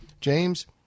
James